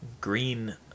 Green